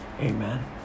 amen